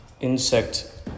insect